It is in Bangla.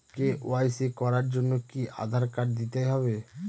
কে.ওয়াই.সি করার জন্য কি আধার কার্ড দিতেই হবে?